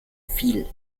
viel